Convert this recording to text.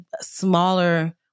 smaller